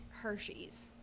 Hershey's